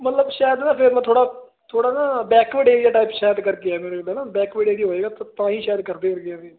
ਮਤਲਬ ਸ਼ਾਇਦ ਨਾ ਫਿਰ ਮੈਂ ਥੋੜ੍ਹਾ ਥੋੜ੍ਹਾ ਨਾ ਬੈਕਵਰਡ ਏਰੀਆ ਟਾਈਪ ਸ਼ਾਇਦ ਕਰਕੇ ਆ ਮੈਨੂੰ ਲੱਗਦਾ ਨਾ ਬੈਕਵਰਡ ਏਰੀਆ ਹੋਏਗਾ ਤਾਂ ਹੀ ਸ਼ਾਇਦ ਕਰਦੇ ਹੈਗੇ ਆ ਵੀ